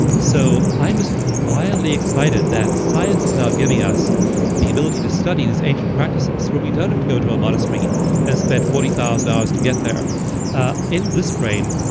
so i'm just wildly excited that science is now giving us the ability to study these ancient practices where we don't have to go to a monastery and spend forty thousand hours to get there ah in bliss brain,